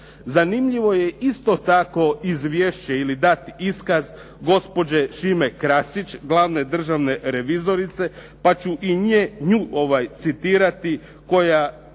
Zanimljivo je isto tako izvješće ili dat iskaz gospođe Šime Krasić, glavne državne revizorice, pa ću i nju citirati, koja